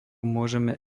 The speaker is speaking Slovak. môžeme